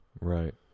Right